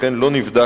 ולכן לא נבדק